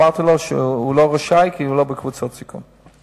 ואמרתי לו שהוא לא רשאי כי הוא לא בקבוצות סיכון.